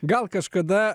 gal kažkada